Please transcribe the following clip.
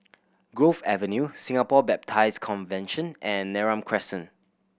Grove Avenue Singapore Baptist Convention and Neram Crescent